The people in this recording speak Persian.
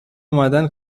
اومدن